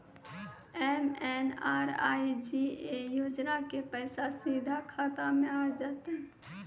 MNREGA योजना के पैसा सीधा खाता मे आ जाते?